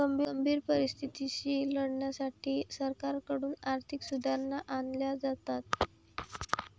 गंभीर परिस्थितीशी लढण्यासाठी सरकारकडून आर्थिक सुधारणा आणल्या जातात